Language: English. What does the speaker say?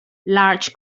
large